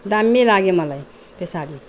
दामी लाग्यो मलाई त्यो साडी